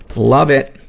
love it!